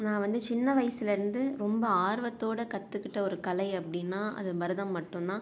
நான் வந்து சின்ன வயசில் இருந்து ரொம்ப ஆர்வத்தோடு கற்றுக்கிட்ட ஒரு கலை அப்படின்னா அது பரதம் மட்டுந்தான்